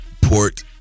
Port